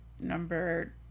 number